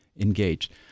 Engaged